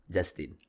Justin